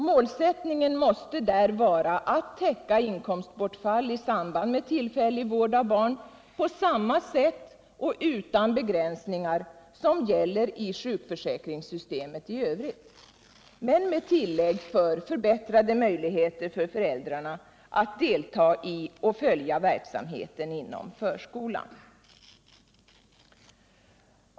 Målsättningen måste där vara att täcka inkomstbortfall i samband med tillfällig vård av barn, på samma sätt och utan begränsningar som gäller i Sd sjuk försäkringssystemet i övrigt men med ullägg för förbättrade möjligheter för föräldrarna att dela i och följa verksamheten inom förskolan.